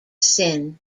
sin